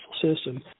system